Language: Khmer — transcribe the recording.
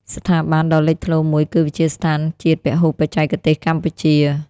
ស្ថាប័នដ៏លេចធ្លោមួយគឺ វិទ្យាស្ថានជាតិពហុបច្ចេកទេសកម្ពុជា។